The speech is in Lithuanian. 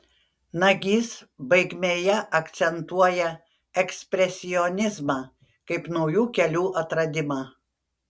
nagys baigmėje akcentuoja ekspresionizmą kaip naujų kelių atradimą